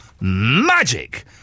Magic